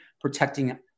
protecting